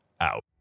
out